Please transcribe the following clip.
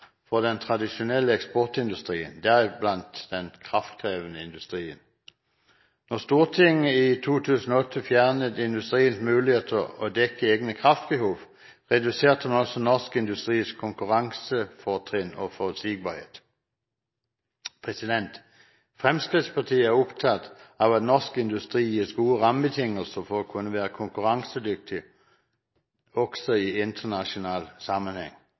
for den tradisjonelle eksportindustrien, deriblant den kraftkrevende industrien. Da Stortinget i 2008 fjernet industriens muligheter til å dekke egne kraftbehov, reduserte man også norsk industris konkurransefortrinn og forutsigbarhet. Fremskrittspartiet er opptatt av at norsk industri gis gode rammebetingelser for å kunne være konkurransedyktig også i internasjonal sammenheng.